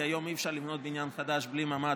כי היום אי-אפשר לבנות בניין חדש בלי ממ"ד,